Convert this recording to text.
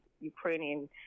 Ukrainian